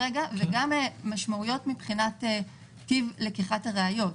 וגם משמעויות מבחינת טיב לקיחת הראיות.